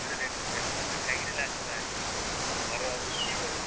ଗୋଟେ ରେଷ୍ଟୁରାଣ୍ଟ୍ରେ ଖାଇକିରି ହେଲେ ଆସିବା ହେରି ତମ ଘରେ ଆଜି ରୋଷେଇ କରିବୁନି